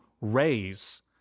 raise